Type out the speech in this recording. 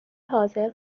حاضر